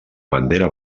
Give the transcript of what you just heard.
bandera